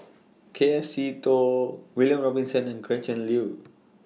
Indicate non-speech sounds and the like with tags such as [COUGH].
[NOISE] K F Seetoh William Robinson and Gretchen Liu